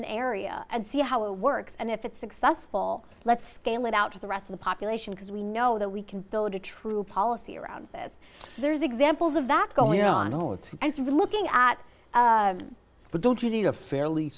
an area and see how it works and if it's successful let's scale it out to the rest of the population because we know that we can build a true policy around this there's examples of that going on oh it's looking at but don't you need a fairly